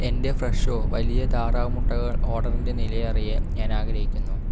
എന്റെ ഫ്രെഷോ വലിയ താറാവ് മുട്ടകൾ ഓർഡറിന്റെ നില അറിയാൻ ഞാൻ ആഗ്രഹിക്കുന്നു